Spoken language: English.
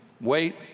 wait